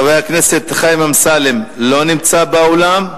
הכנסת חיים אמסלם, לא נמצא באולם,